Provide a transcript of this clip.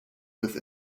with